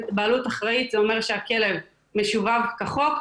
בעלות אחראית זה אומר שהכלב משובב כחוק,